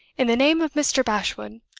in the name of mr. bashwood.